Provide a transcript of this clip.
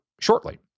shortly